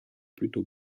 plutôt